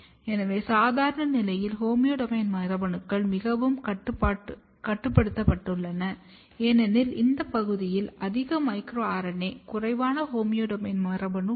எனவே சாதாரண நிலையில் ஹோமியோடோமைன் மரபணுக்கள் மிகவும் கட்டுப்படுத்தப்பட்டுள்ளன ஏனெனில் இந்த பகுதியில் அதிக மைக்ரோ RNA குறைவான ஹோமியோடோமைன் மரபணு உள்ளது